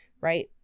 right